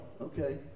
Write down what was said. okay